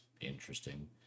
interesting